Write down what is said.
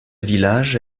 village